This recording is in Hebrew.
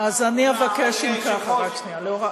נמאס לנו להעיר.